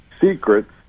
secrets